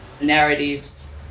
narratives